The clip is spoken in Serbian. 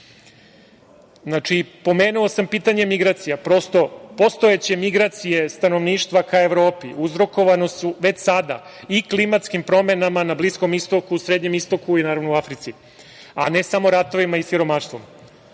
Znači, pomenuo sam pitanje migracija, postojaće migracije stanovništva ka Evropi, uzrokovane već sada i klimatskim promenama na Bliskom istoku, Srednjem istoku i normalno u Africi, a ne samo ratovima i siromaštvom.